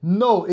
no